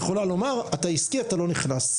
היא יכולה לומר, אתה עסקי, אתה לא נכנס.